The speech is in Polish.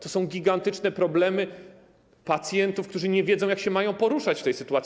To są gigantyczne problemy pacjentów, którzy nie wiedzą, jak się mają poruszać w tej sytuacji.